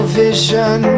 vision